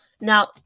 Now